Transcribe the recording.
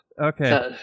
Okay